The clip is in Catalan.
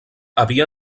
havia